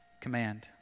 command